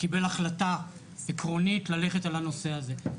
קיבל החלטה עקרונית ללכת על הנושא הזה.